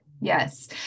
yes